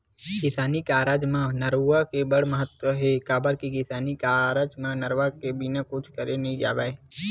किसानी कारज म नरूवा के बड़ महत्ता हे, काबर के किसानी कारज म नरवा के बिना कुछ करे नइ जाय